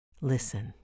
Listen